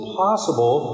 possible